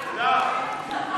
הודח.